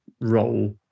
role